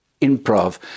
improv